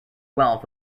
wealth